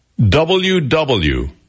WW